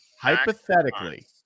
Hypothetically